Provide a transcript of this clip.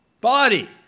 body